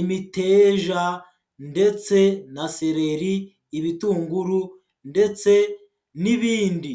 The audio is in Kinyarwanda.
imiteja ndetse na sereri, ibitunguru ndetse n'ibindi.